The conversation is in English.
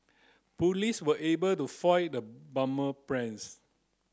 police were able to foil the bomber plans